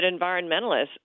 environmentalists